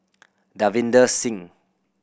Davinder Singh